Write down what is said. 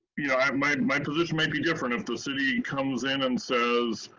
yeah my my position might be different if the city comes in and said,